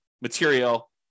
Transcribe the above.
material